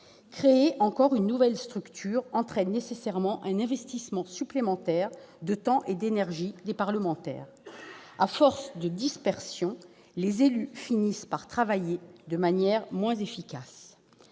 Créer encore une nouvelle structure exigera nécessairement un investissement supplémentaire de temps et d'énergie de la part des parlementaires. À force de dispersion, les élus finissent par travailler de manière moins efficace.